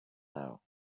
now